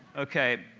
ok.